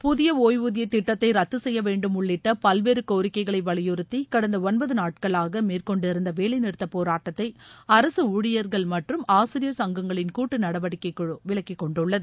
புதிய ஒய்வூதிய திட்டத்தை ரத்து செய்ய வேண்டும் உள்ளிட்ட பல்வேறு கோரிக்கைகளை வலிபுறுத்தி கடந்த ஒன்பது நாட்களாக மேற்கொண்டிருந்த வேலை நிறுத்தப் போராட்டத்தை அரக ஊழியர்கள் மற்றும் ஆசிரியர் சங்கங்களின் கூட்டு நடவடிக்கைக் குழு விலக்கிக் கொண்டுள்ளது